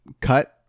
cut